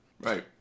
Right